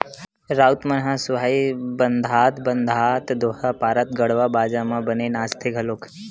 राउत मन ह सुहाई बंधात बंधात दोहा पारत गड़वा बाजा म बने नाचथे घलोक